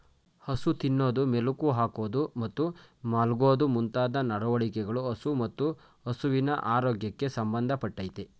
ಹಸು ತಿನ್ನೋದು ಮೆಲುಕು ಹಾಕೋದು ಮತ್ತು ಮಲ್ಗೋದು ಮುಂತಾದ ನಡವಳಿಕೆಗಳು ಹಸು ಮತ್ತು ಹಸುವಿನ ಆರೋಗ್ಯಕ್ಕೆ ಸಂಬಂಧ ಪಟ್ಟಯ್ತೆ